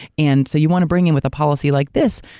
and so you want to bring in with a policy like this,